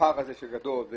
הפער הגדול וזה